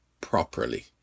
properly